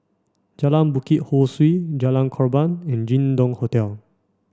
Jalan Bukit Ho Swee Jalan Korban and Jin Dong Hotel